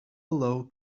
below